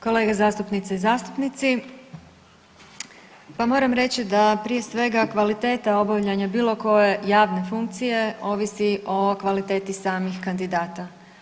Kolege zastupnice i zastupnici, pa moram reći da prije svega kvaliteta obavlja bilo koje javne funkcije ovisi o kvaliteti samih kandidata.